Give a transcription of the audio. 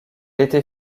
était